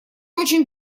очень